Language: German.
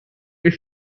ich